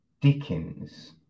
Dickens